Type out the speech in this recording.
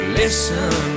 listen